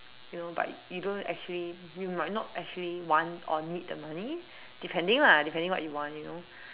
you know but you don't actually you might not actually want or need the money depending lah depending what you want you know